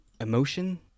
emotion